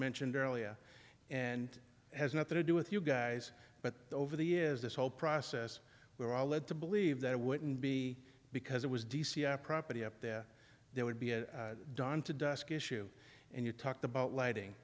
mentioned earlier and has nothing to do with you guys but over the years this whole process we're all led to believe that it wouldn't be because it was d c i property up there there would be a dawn to dusk issue and you talked about lighting